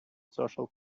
social